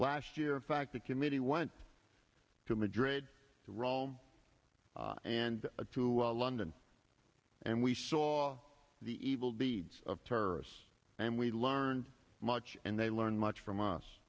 last year in fact the committee went to madrid to rome and to london and we saw the evil deeds of terrorists and we learn much and they learn much from us